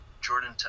Jordan